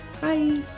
Bye